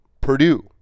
Purdue